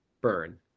burn